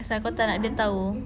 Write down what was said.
apasal kau tak nak dia tahu